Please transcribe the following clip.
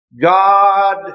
God